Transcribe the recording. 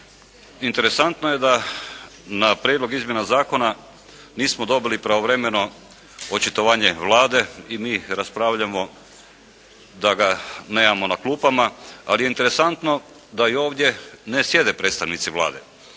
Interesantno je da na prijedlog izmjena zakona nismo dobili pravovremeno očitovanje Vlade i mi raspravljamo da ga nemamo na klupama, ali je interesantno da ovdje ne sjede predstavnici Vlade,